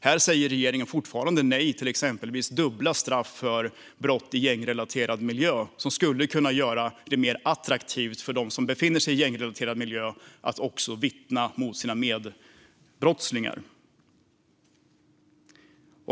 Här säger regeringen fortfarande nej till exempelvis dubbla straff för brott i gängrelaterad miljö som skulle kunna göra det mer attraktivt för dem som befinner sig i gängrelaterad miljö att vittna mot sina medbrottslingar.